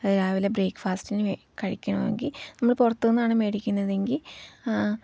രാവിലെ ബ്രേക്ക്ഫാസ്റ്റിന് കഴിക്കണമെങ്കിൽ നമ്മൾ പുറത്തുനിന്നാണ് വേടിക്കുന്നതെങ്കിൽ